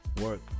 work